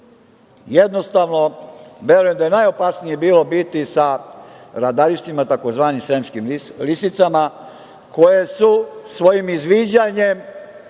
Jednostavno, verujem da je najopasnije bilo biti sa radaristima, takozvanim, sremskim lisicama koje su svojim izviđanjem